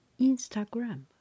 Instagram